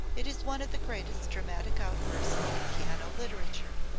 it is one of the greatest dramatic outbursts in piano literature.